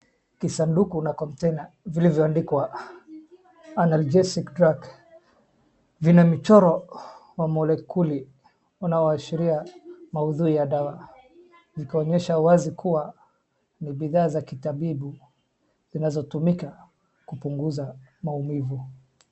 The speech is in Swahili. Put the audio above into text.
Kisanduku na conatainer vilivyoandikwa Analgesic drug vina michoro wa molekuli wanaoashiria maudhui ya dawa. Zikionyesha wazi kuwa ni biadhaa za kitabibu zinazotumika kupunguza maumivu.